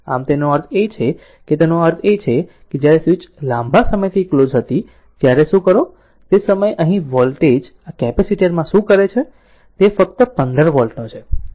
આમ તેનો અર્થ એ છે કે તેનો અર્થ એ છે કે જ્યારે સ્વીચ લાંબા સમયથી ક્લોઝ હતો ત્યારે શું કરો તે સમયે અહીં વોલ્ટેજ આ કેપેસિટર માં શું કરે છે તે ફક્ત 15 વોલ્ટ નો છે